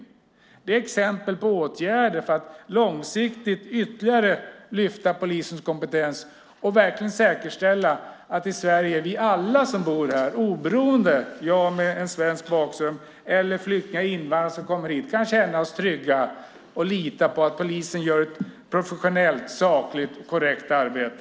Detta är exempel på åtgärder för att långsiktigt ytterligare höja polisens kompetens och verkligen säkerställa att vi alla som bor här i Sverige, oberoende av om det är jag med svensk bakgrund eller flyktingar och invandrare som kommit hit, kan känna oss trygga och lita på att polisen gör ett professionellt, sakligt och korrekt arbete.